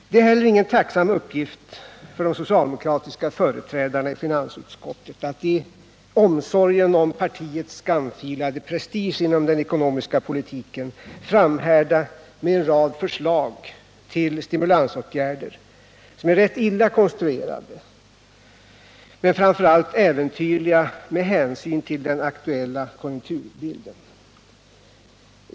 Det är heller ingen tacksam uppgift för de socialdemokratiska företrädarna i finansutskottet att i omsorgen om partiets skamfilade prestige inom den ekonomiska politiken framhärda med en rad förslag till stimulansåtgärder som är rätt illa konstruerade men framför allt äventyrliga med hänsyn till den aktuella konjunkturbilden.